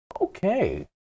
Okay